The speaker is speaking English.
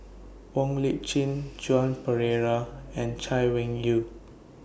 Wong Lip Chin Joan Pereira and Chay Weng Yew